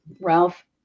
Ralph